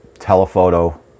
telephoto